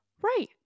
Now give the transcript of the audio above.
Right